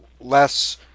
less